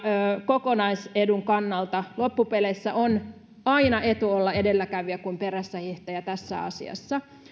kokonaisedun kannalta loppupeleissä on aina etu olla edelläkävijä eikä perässähiihtäjä tässä asiassa